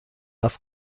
off